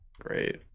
Great